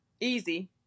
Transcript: easy